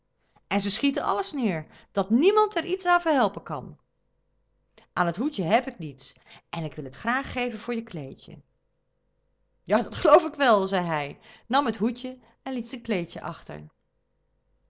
en ze schieten alles neêr dat niemand er iets aan verhelpen kan aan het hoedje heb ik niets en ik wil het graag geven voor je kleedje dat geloof ik wel zei hij nam het hoedje en liet zijn kleedje achter